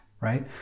right